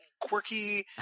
quirky